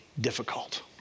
difficult